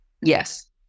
Yes